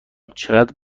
چقدر